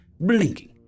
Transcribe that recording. blinking